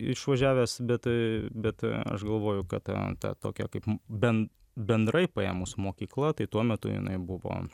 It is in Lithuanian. išvažiavęs bet bet aš galvoju kad tą tą tokią kaip ben bendrai paėmus mokykla tai tuo metu jinai buvo